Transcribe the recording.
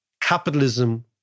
capitalism